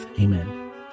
Amen